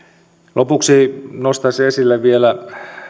lopuksi nostaisin esille vielä